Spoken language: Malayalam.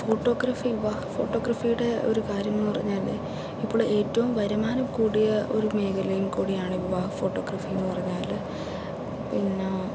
ഫോട്ടോഗ്രാഫി വിവാഹ ഫോട്ടോഗ്രാഫിയുടെ ഒരു കാര്യമെന്നു പറഞ്ഞാൽ ഇപ്പോൾ ഏറ്റവും വരുമാനം കൂടിയ ഒരു മേഖലയും കൂടിയാണ് വിവാഹ ഫോട്ടോഗ്രാഫി എന്നു പറഞ്ഞാൽ പിന്നെ